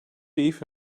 beef